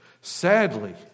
Sadly